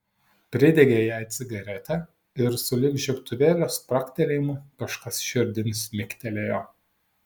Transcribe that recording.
pridegė jai cigaretę ir sulig žiebtuvėlio spragtelėjimu kažkas širdin smigtelėjo